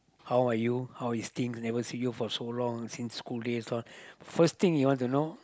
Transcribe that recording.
how are you how is things never see you for so long since school day lah first thing you want to know